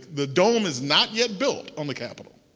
the dome is not yet built on the capital.